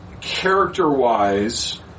character-wise